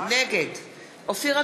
נגד אופיר אקוניס,